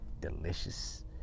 delicious